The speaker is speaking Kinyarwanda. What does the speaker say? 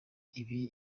ibi